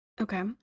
Okay